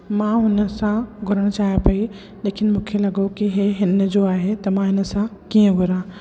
मां हुन सां घुरण चाहियां पई लेकिन मूंखे लॻो की इहे हिन जो आहे त मां हिन सां कीअं घुरां